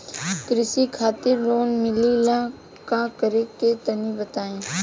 कृषि खातिर लोन मिले ला का करि तनि बताई?